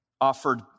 offered